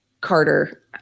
Carter